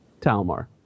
Talmar